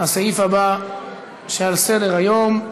לסעיף הבא שעל סדר-היום: